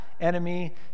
enemy